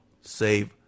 save